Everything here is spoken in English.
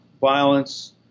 violence